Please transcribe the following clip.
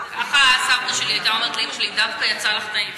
ככה סבתא שלי הייתה אומרת לאימא שלי: דווקא יצא לך טעים.